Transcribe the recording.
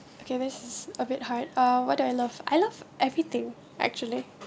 okay this is a bit hard uh what do I love I love everything actually